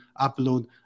upload